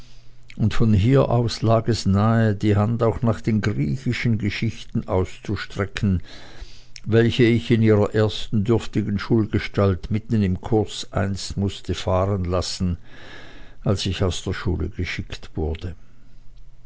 und von hier aus lag es nahe die hand auch nach den griechischen geschichten auszustrecken welche ich in ihrer ersten dürftigen schulgestalt mitten im kurs einst mußte fahrenlassen als ich aus der schule geschickt worden